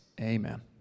Amen